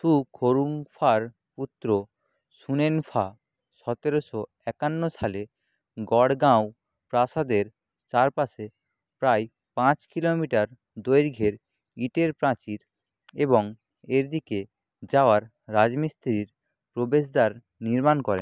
সুখরুংফার পুত্র সুনেনফা সতেরোশো একান্ন সালে গড়গাঁও প্রাসাদের চারপাশে প্রায় পাঁচ কিলোমিটার দৈর্ঘ্যের ইটের প্রাচীর এবং এর দিকে যাওয়ার রাজমিস্ত্রির প্রবেশদ্বার নির্মাণ করেন